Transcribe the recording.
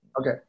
Okay